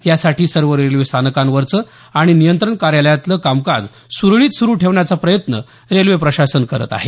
यासाठी सर्व रेल्वे स्थानकांवरचं आणि नियंत्रण कार्यालयांतलं कामकाज सुरळीत सुरू ठेवण्याचा प्रयत्न रेल्वे प्रशासन करत आहे